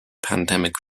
pandemic